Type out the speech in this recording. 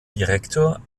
direktor